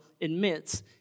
admits